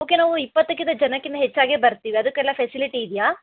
okay ನಾವು ಇಪ್ಪತ್ತಕ್ಕಿಂತ ಜನಕ್ಕಿಂತ ಹೆಚ್ಚಾಗೆ ಬರ್ತೀವಿ ಅದಕ್ಕೆಲ್ಲ ಫೆಸಿಲಿಟಿ ಇದೆಯಾ